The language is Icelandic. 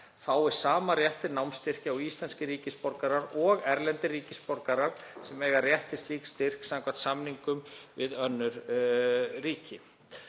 fái sama rétt til námsstyrkja og íslenskir ríkisborgarar og erlendir ríkisborgarar sem eiga rétt til slíks styrk samkvæmt samningum við önnur ríki.